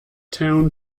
town